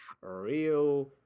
real